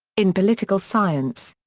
in political science.